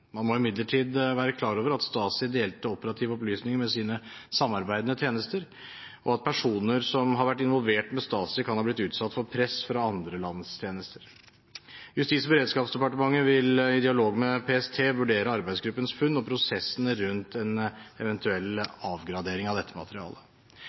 Man må imidlertid være klar over at Stasi delte operative opplysninger med sine samarbeidende tjenester, og at personer som har vært involvert med Stasi, kan ha blitt utsatt for press fra andre lands tjenester. Justis- og beredskapsdepartementet vil i dialog med PST vurdere arbeidsgruppens funn og prosessene rundt en